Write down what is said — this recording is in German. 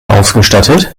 ausgestattet